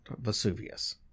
Vesuvius